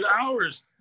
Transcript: hours